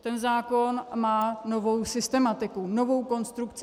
Ten zákon má novou systematiku, novou konstrukci.